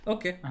Okay